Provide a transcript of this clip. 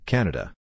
Canada